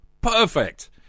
Perfect